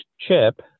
CHIP